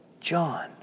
John